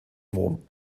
rom